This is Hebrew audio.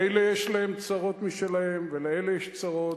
אלה יש להם צרות משלהם ולאלה יש צרות.